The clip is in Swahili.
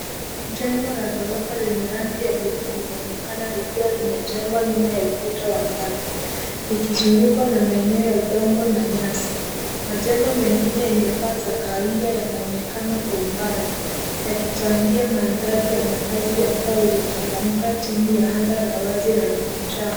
Jengo la ghorofa lenye rangi ya bluu linaonekana likiwa limejengwa nyuma ya ukuta wa mawe. Likizungukwa na maeneo ya udongo na nyasi. Majengo mengine yenye paa za kahawia yanaonekana kwa umbali. Yakichangia mandhari ya makazi ya mtaa uliochangamka chini ya anga la wazi la mchana.